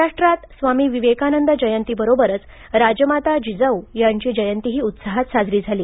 महाराष्ट्रात स्वामी विवेकानंद जयंती बरोबरच राजमाता जिजाऊ यांची जयंतीही उत्साहात साजरी झाली